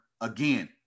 again